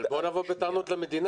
אבל בוא נבוא בטענות למדינה,